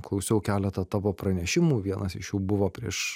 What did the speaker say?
klausiau keletą tavo pranešimų vienas iš jų buvo prieš